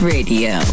Radio